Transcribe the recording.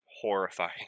horrifying